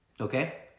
okay